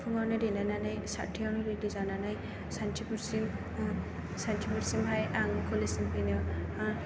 फुङावनो देलायनानै सातथायावनो रेडि जानानै सान्थिफुरसिम सान्थिफुरसिमहाय आं कलेजनिफ्रायनो